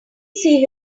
see